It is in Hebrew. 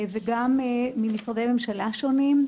וגם ממשרדי ממשלה שונים,